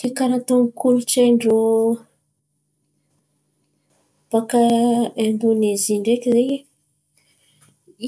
Ke karà atô kolontsain̈y ndrô beka Aindonezia ndreky zen̈y.